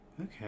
Okay